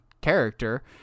character